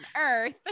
earth